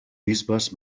bisbes